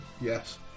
Yes